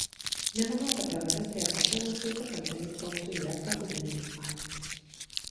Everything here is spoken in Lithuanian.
nemanau kad teroristai ar kokie nors nusikaltėliai plauktų į lesbą guminėmis valtimis